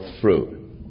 fruit